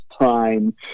time